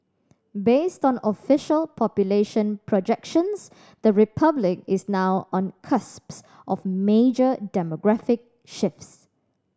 based on official population projections the Republic is now on cusp of major demographic shifts